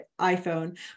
iPhone